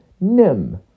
Nim